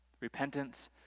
Repentance